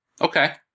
Okay